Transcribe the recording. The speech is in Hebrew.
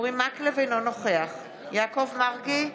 אינו נוכח יעקב מרגי,